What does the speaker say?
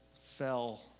fell